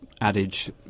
adage